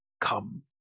Come